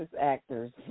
actors